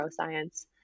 neuroscience